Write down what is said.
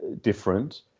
different